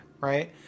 Right